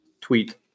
tweet